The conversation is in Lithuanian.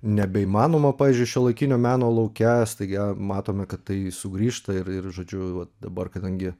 nebeįmanoma pavyzdžiui šiuolaikinio meno lauke staiga matome kad tai sugrįžta ir ir žodžiu vat dabar kadangi